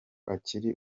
akiri